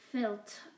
felt